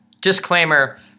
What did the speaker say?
disclaimer